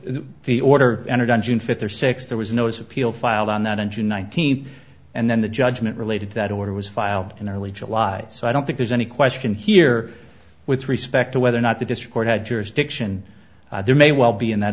the order entered on june fifth or sixth there was no its appeal filed on that engine nineteenth and then the judgment related that order was filed in early july so i don't think there's any question here with respect to whether or not the district had jurisdiction there may well be in that